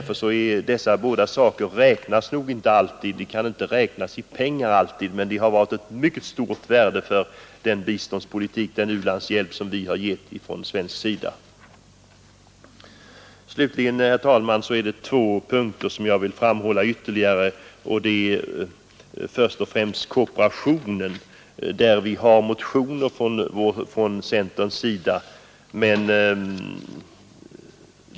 Dessa båda saker räknas nog inte alltid, och värdet av de insatserna kan inte mötas i pengar. Men dessa insatser har haft en mycket stor betydelse för den u-landshjälp vi gett från svensk sida. Slutligen vill jag ytterligare framhålla två punkter. Det gäller först och främst kooperation. Centern har i detta avseende väckt motion.